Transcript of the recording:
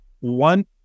one